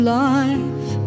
life